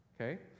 Okay